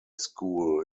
school